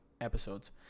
episodes